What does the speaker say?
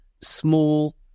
small